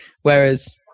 whereas